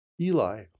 Eli